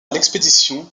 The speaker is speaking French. l’expédition